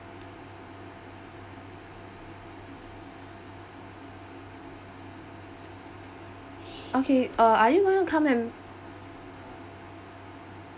okay uh are you going to come and